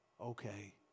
Okay